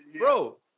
bro